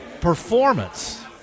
performance